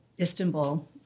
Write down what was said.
Istanbul